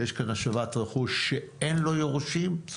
יש כאן השבת רכוש שאין לו יורשים,